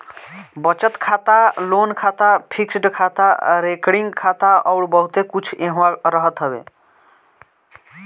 बचत खाता, लोन खाता, फिक्स्ड खाता, रेकरिंग खाता अउर बहुते कुछ एहवा रहत बाटे